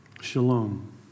Shalom